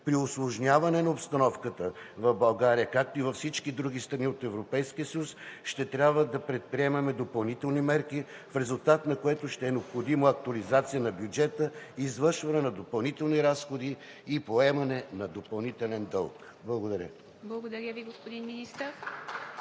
При усложняване на обстановката в България, както и във всички други страни от Европейския съюз, ще трябва да предприемем допълнителни мерки, в резултат на което ще е необходима актуализация на бюджета, извършване на допълнителни разходи и поемане на допълнителен дълг. Благодаря. ПРЕДСЕДАТЕЛ ИВА МИТЕВА: Благодаря Ви, господин Министър.